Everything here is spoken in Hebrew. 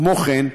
כמו כן,